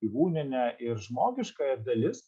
gyvūninę ir žmogiškąją dalis